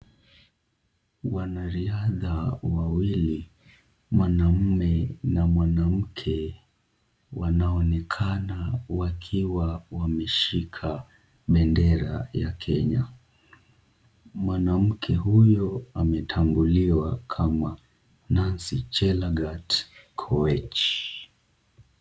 Wanariadha wawili, mwanamume na mwanamke wanaonekana wakiwa wameshika bendera ya Kenya, mwanamke huyo ametambuliwa kama Nancy Chelagat Koech.